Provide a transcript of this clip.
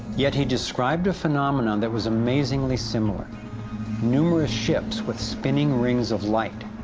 yet he described a phenomenon that was amazingly similar numerous ships with spinning rings of light.